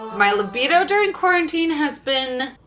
my libido during quarantine has been,